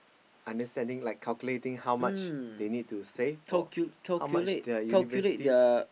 understanding like calculating how much they need to save or how much their university